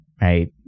right